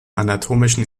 anatomischen